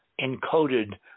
encoded